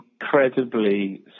incredibly